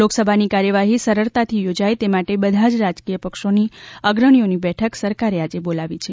લોકસભાની કાર્યવાહી સરળતાથી યોજાય તે માટે બધા જ રાજકીય પક્ષોની અગ્રણીઓની બેઠક સરકારે આજે બોલાવી છે